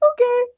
okay